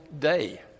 day